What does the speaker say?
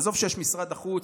עזוב שיש משרד החוץ,